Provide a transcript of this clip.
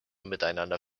miteinander